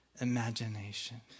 imagination